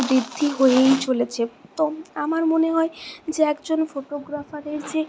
বৃদ্ধি হয়েই চলেছে তো আমার মনে হয় যে একজন ফোটোগ্রাফারের যে